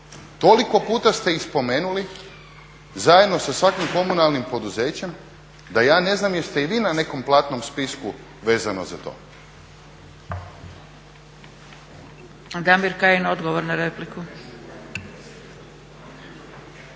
Toliko puta ste ih spomenuli zajedno sa svakim komunalnim poduzećem, da ja ne znam jeste i vi na nekom platnom spisku vezano za to. **Zgrebec, Dragica